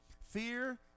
Fear